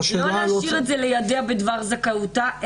ולא להשאיר את זה ליידע בדבר זכאותה.